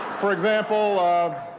for example. um